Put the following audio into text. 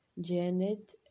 Janet